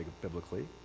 biblically